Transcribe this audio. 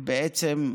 ובעצם,